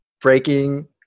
breaking